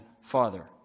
Father